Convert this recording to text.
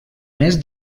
més